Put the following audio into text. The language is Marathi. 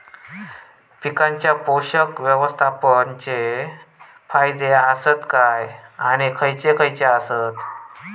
पीकांच्या पोषक व्यवस्थापन चे फायदे आसत काय आणि खैयचे खैयचे आसत?